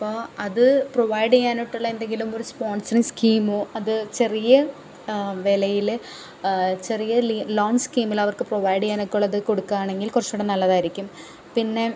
അപ്പോൾ അത് പ്രൊവൈഡ് ചെയ്യാനായിട്ടുള്ള എന്തെങ്കിലും ഒരു സ്പോൺസറിങ്ങ് സ്കീമോ അത് ചെറിയ വിലയിൽ ചെറിയ ലോൺ സ്കീമിൽ അവർക്ക് പ്രൊവൈഡ് ചെയ്യാനൊക്കെ ഉള്ളത് കൊടുക്കുക ആണെങ്കിൽ കുറച്ച് കൂടെ നല്ലതായിരിക്കും പിന്നെ